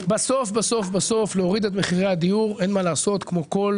תראו, הורדת מחירי הדיור, כמו כל